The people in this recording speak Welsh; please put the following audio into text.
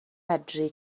medru